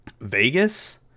Vegas